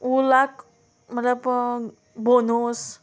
उलाक म्हळ्यार बोर्नोस